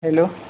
hello